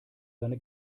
seine